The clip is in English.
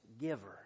giver